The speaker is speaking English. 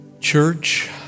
Church